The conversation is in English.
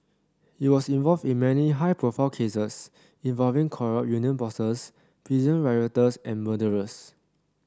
he was involved in many high profile cases involving corrupt union bosses prison rioters and murderers